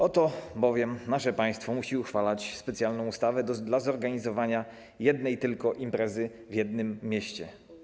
Oto bowiem nasze państwo musi uchwalać specjalną ustawę dla zorganizowania tylko jednej imprezy w jednym mieście.